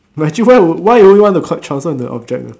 imagine why would why would you want to con~ transfer into an object ah